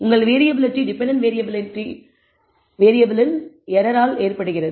உங்கள் variability dependent வேறியபிளின் உள்ள ஏரரால் ஏற்படுகிறது